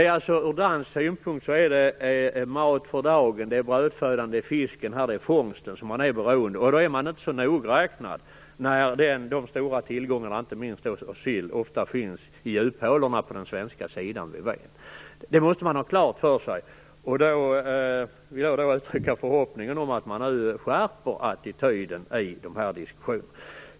Från dansk synpunkt handlar det alltså om mat för dagen, om brödfödan, om den fisk, den fångst man är beroende av, och då är man inte så nogräknad när de stora tillgångarna, inte minst av sill, ofta finns i djuphålorna på den svenska sidan vid Ven. Detta måste vi ha klart för oss, och jag vill därför uttrycka förhoppningen att man nu skärper attityden i de här diskussionerna.